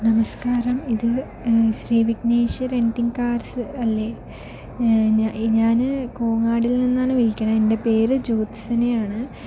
നമസ്ക്കാരം ഇത് Shri Vigneshwara renting cars അല്ലേ ഞാ ഞാന് കോങ്ങാടിൽ നിന്നാണ് വിളിക്കുന്നത് എൻ്റെ പേര് ജ്യോത്സനയാണ്